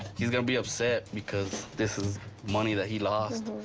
he's gonna be upset because this is money that he lost.